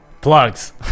plugs